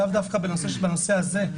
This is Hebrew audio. לאו דווקא בנושא הזה.